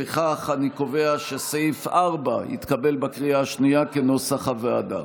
לפיכך אני קובע שסעיף 4, כנוסח הוועדה,